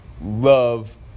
love